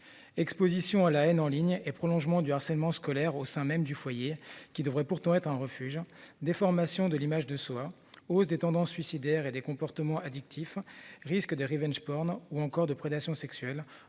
Exposition à la haine en ligne et prolongement du harcèlement scolaire au sein même du foyer qui devrait pourtant être un refuge déformation de l'image de soi. Hausse des tendances suicidaires et des comportements addictifs risque de Revenge porn ou encore de prédation sexuelle,